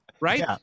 Right